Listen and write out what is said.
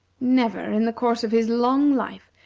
never, in the course of his long life,